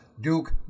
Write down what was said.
Duke